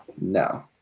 No